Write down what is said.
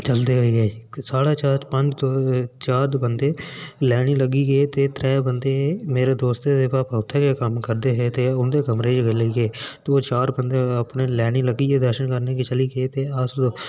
चलदे होई साढ़े च चार बंदे लाईनी च लग्गी गे ते त्रै बंदे मेरे दोस्ते दे पापा उत्थै गै कम्म करदे हे ते उं'दे कमरे च गै लेई गे ते चार बंदे अपने लाईनीं लग्गियै दर्शन करने गी चली गे